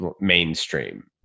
mainstream